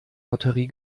lotterie